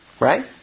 Right